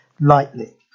lightly